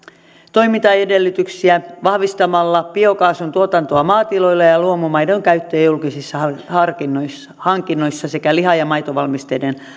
toimintaedellytyksiä vahvistamalla biokaasun tuotantoa maatiloilla ja ja luomumaidon käyttöä julkisissa hankinnoissa sekä liha ja maitovalmisteiden